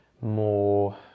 more